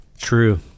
True